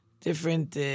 different